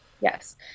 Yes